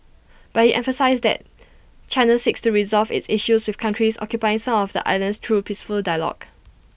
but he emphasised that China seeks to resolve its issues with countries occupying some of the islands through peaceful dialogue